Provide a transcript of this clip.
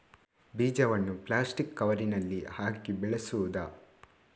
ಬೀಜವನ್ನು ಪ್ಲಾಸ್ಟಿಕ್ ಕವರಿನಲ್ಲಿ ಹಾಕಿ ಬೆಳೆಸುವುದಾ?